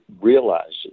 realizes